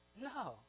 No